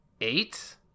Eight